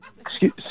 Excuse